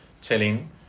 telling